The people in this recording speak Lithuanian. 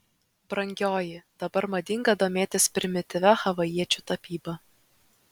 brangioji dabar madinga domėtis primityvia havajiečių tapyba